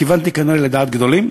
כיוונתי כנראה לדעת גדולים.